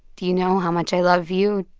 do you know how much i love you?